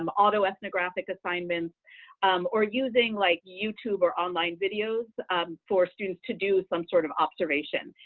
um autoethnographic assignments or using like youtube or online videos for students to do some sort of observation,